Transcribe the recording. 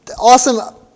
awesome